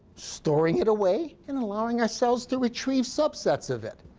storing it away, and allowing ourselves to retrieve subsets of it.